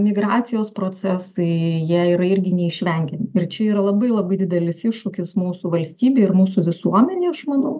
migracijos procesai jie yra irgi neišvengiami ir čia yra labai labai didelis iššūkis mūsų valstybei ir mūsų visuomenei aš manau